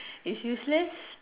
is useless